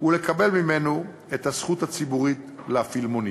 ולקבל ממנו את הזכות הציבורית להפעיל מונית,